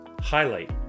highlight